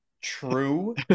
True